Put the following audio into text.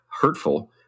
hurtful